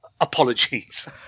apologies